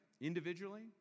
individually